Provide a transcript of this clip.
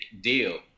deal